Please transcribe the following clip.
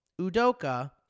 Udoka